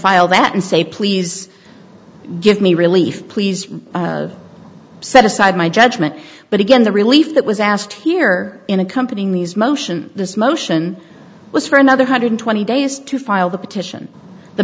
file that and say please give me relief please set aside my judgment but again the relief that was asked here in accompanying these motion this motion was for another hundred twenty days to file the petition the